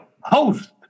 host